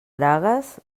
bragues